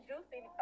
Juicy